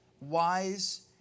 wise